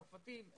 צרפתים.